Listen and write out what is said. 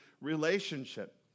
relationship